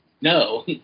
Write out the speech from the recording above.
No